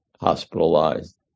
hospitalized